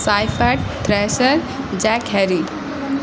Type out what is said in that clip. سائفیٹ thresher jack Harry